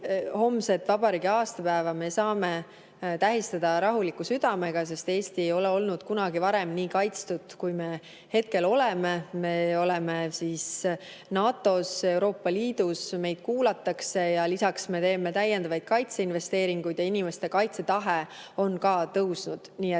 homset vabariigi aastapäeva me saame tähistada rahuliku südamega, sest Eesti ei ole kunagi varem olnud nii kaitstud, kui me hetkel oleme. Me oleme NATO‑s, Euroopa Liidus, meid kuulatakse, lisaks me teeme täiendavaid kaitseinvesteeringuid ja inimeste kaitsetahe on tõusnud. Nii et